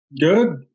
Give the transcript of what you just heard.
good